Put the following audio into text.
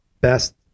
best